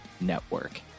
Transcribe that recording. network